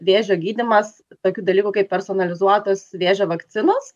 vėžio gydymas tokių dalykų kaip personalizuotos vėžio vakcinos